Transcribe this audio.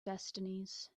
destinies